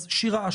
שירה,